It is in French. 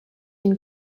une